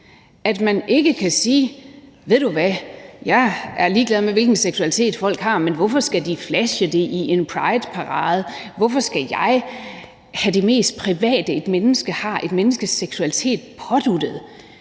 at man ikke kan sige: Ved du hvad? Jeg er ligeglad med, hvilken seksualitet folk har, men hvorfor skal de flashe det i en prideparade? Hvorfor skal jeg have det mest private, et menneske har, et menneskes seksualitet, påduttet?